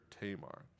Tamar